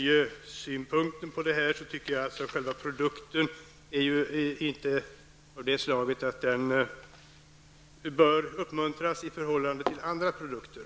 Jag anser att själva produkten från miljösynpunkt inte är av det slaget att den bör uppmuntras i förhållande till andra produkter.